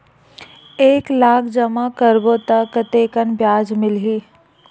एक लाख जमा करबो त कतेकन ब्याज मिलही?